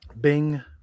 Bing